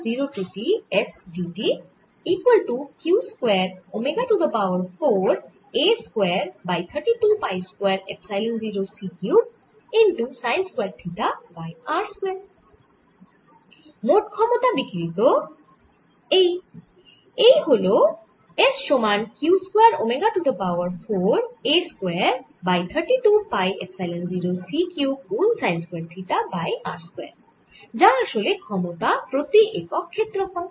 এই হল S সমান q square omega to the power 4 a square by 32 pi epsilon 0 c cube গুন sine square theta by r square যা আসলে ক্ষমতা প্রতি একক ক্ষেত্রফল